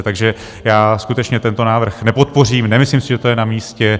Takže já skutečně tento návrh nepodpořím, nemyslím si, že je to namístě.